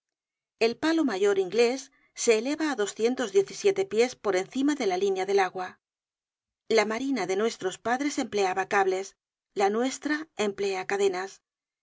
el palo mayor inglés se eleva á doscientos diez y siete pies por encima de la linea del agua la marina de nuestros padres empleaba cables la nuestra emplea cadenas